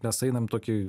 mes einam tokį